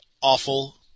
awful